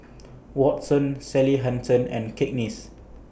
Watsons Sally Hansen and Cakenis